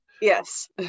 Yes